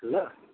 ल